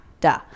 Duh